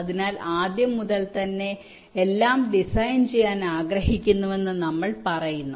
അതിനാൽ ആദ്യം മുതൽ എല്ലാം ഡിസൈൻ ചെയ്യാൻ ആഗ്രഹിക്കുന്നുവെന്ന് നമ്മൾ പറയുന്നു